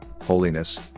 holiness